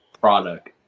product